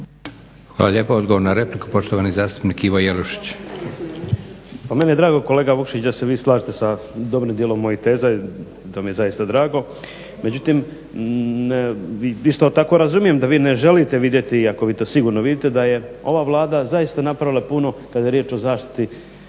Hvala lijepo. Odgovor na repliku, poštovani zastupnik Ivo Jelušić. **Jelušić, Ivo (SDP)** Pa meni je drago kolega Vukšić da se vi slažete sa dobrim dijelom mojih teza i da mi je zaista drago. Međutim, vi isto tako razumijem da vi ne želite vidjeti, iako vi to sigurno vidite da je ova Vlada zaista napravila puno kada je riječ o zaštiti